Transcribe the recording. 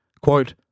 quote